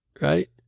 right